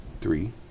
Three